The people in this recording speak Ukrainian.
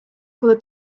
коли